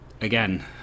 again